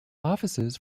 offices